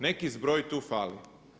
Neki zbroj tu fali.